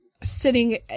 sitting